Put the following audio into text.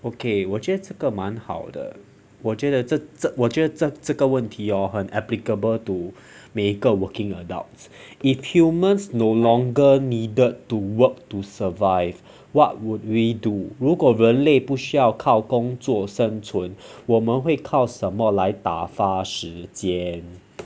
okay 我觉得这个蛮好的我觉得这这我觉这这个问题 hor 很 applicable to 每一个 working adults if humans no longer needed to work to survive what would we do 如果人类不需要靠工作生存我们会靠什么来打发时间